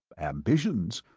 ambitions?